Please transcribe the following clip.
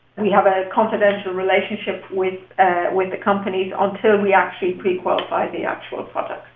we have a confidential relationship with with the companies until we actually pre-qualify the actual products